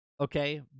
okay